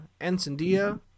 Encendia